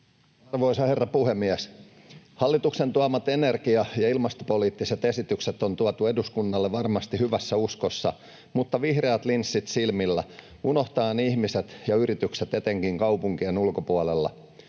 Arvoisa herra puhemies! Hallituksen tuomat energia- ja ilmastopoliittiset esitykset on tuotu eduskunnalle varmasti hyvässä uskossa mutta vihreät linssit silmillä, unohtaen ihmiset ja yritykset etenkin kaupunkien ulkopuolella.